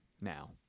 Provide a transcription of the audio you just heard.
now